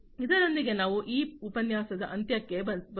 ಇದರೊಂದಿಗೆ ನಾವು ಈ ಉಪನ್ಯಾಸದ ಅಂತ್ಯಕ್ಕೆ ಬರುತ್ತೇವೆ